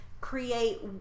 create